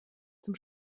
zum